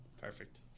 Perfect